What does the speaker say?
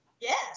Yes